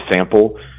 sample